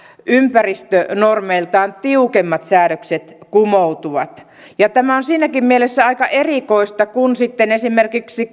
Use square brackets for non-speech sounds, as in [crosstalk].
ympäristönormeiltaan tiukemmat säädökset kumoutuvat ja tämä on siinäkin mielessä aika erikoista kun esimerkiksi [unintelligible]